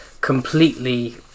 completely